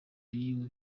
y’ibihe